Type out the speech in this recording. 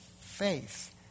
faith